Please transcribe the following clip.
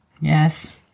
Yes